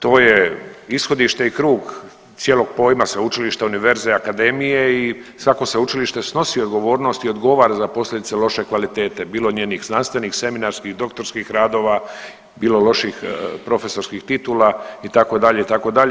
To je ishodište i krug cijelog pojma sveučilišta, univerzeja, akademije i svako sveučilište snosi odgovornost i odgovara za posljedice loše kvalitete bilo njenih znanstvenih, seminarskih, doktorskih radova, bilo loših profesorskih titula itd. itd.